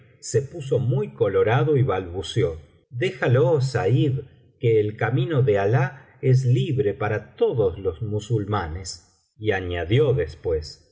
se puso muy colorado y balbuceó déjalo said que el camino de alah es libre para todos los musulmanes y añadió después